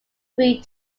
three